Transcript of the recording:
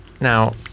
Now